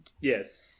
Yes